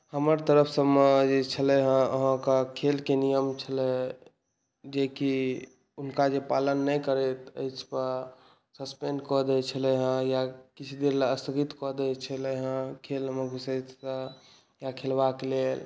हमर तरफ सभमे जे छलै हेँ अहाँके खेलके नियम छलै जेकि हुनका जे पालन नहि करैत अछि सस्पेण्ड कऽ दैत छलै हेँ या किछु देर लेल स्थगित कऽ दैत छलै हेँ खेलमे घुसयसँ या खेलबाक लेल